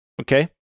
Okay